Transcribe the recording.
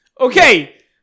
okay